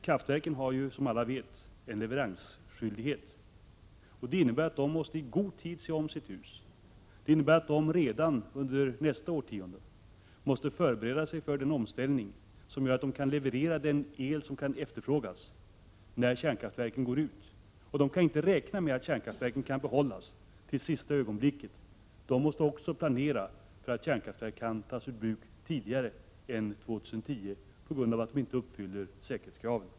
Kraftverken har, som alla vet, en leveransskyldighet. Det innebär att de i god tid måste se om sitt hus. De måste alltså redan under nästa årtionde förbereda sig för den omställning som gör det möjligt att leverera den el som efterfrågas när kärnkraftverken utgår. De kan inte i sin planering räkna med att kärnkraftverken kan behållas till sista ögonblicket. De måste planera för att också kärnkraftverk kan behöva tas ur bruk tidigare än år 2010 på grund av att de inte uppfyller säkerhetskraven.